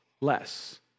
less